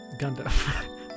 Gundam